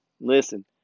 Listen